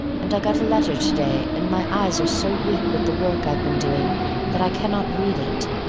and i got a letter to-day and my eyes are so weak with the work i've been doing that i cannot read it.